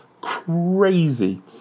crazy